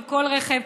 עם כל רכב,